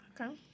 Okay